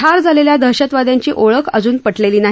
ठार झालेल्या दहशतवाद्यांची ओळख अजून पटलेली नाही